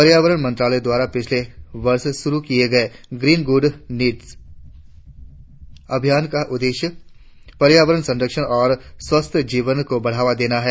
पर्यावरण मंत्रालय द्वारा पिछले वर्ष शुरु किए गए ग्रीन गुड डीइस अभियान का उद्देश्य पर्यावरण संरक्षण और स्वस्थ जीवन को बढ़ावा देना है